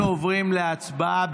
אנחנו עוברים להצבעה.